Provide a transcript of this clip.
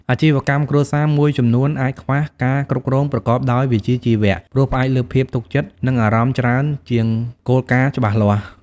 អាជីវកម្មគ្រួសារមួយចំនួនអាចខ្វះការគ្រប់គ្រងប្រកបដោយវិជ្ជាជីវៈ ព្រោះផ្អែកលើភាពទុកចិត្ត និងអារម្មណ៍ច្រើនជាងគោលការណ៍ច្បាស់លាស់។